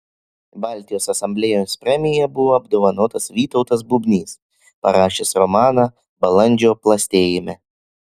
baltijos asamblėjos premija buvo apdovanotas vytautas bubnys parašęs romaną balandžio plastėjime